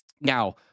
Now